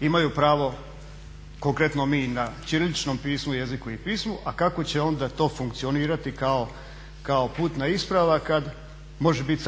imaju pravo konkretno mi na ćiriličnom pismu, jeziku i pismu, a kako će ona to funkcionirati kao putna isprava kad može bit